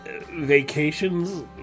vacations